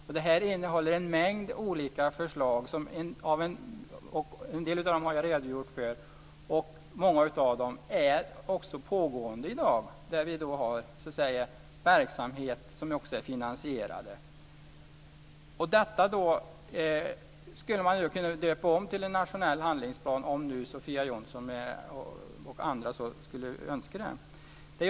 Skrivelsen innehåller en mängd olika förslag, och jag har redogjort för en del av dem här. Många av förslagen håller också på att genomföras i dag med verksamheter som är finansierade. Detta skulle man kunna döpa om till en nationell handlingsplan, om nu Sofia Jonsson och andra skulle önska det.